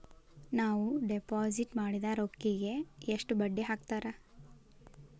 ನಾವು ಡಿಪಾಸಿಟ್ ಮಾಡಿದ ರೊಕ್ಕಿಗೆ ಎಷ್ಟು ಬಡ್ಡಿ ಹಾಕ್ತಾರಾ?